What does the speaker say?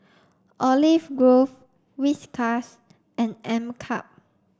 Olive Grove Whiskas and M K U P